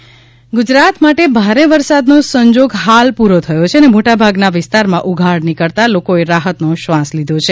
વરસાદ ડેમ છલકાયાં ગુજરાત માટે ભારે વરસાદનો સંજોગ હાલ પૂરો થયો છે અને મોટાભાગ ના વિસ્તાર માં ઉઘાડ નીકળતા લોકો એ રાહત નો શ્વાસ લીધો છે